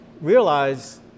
realize